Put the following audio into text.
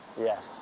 Yes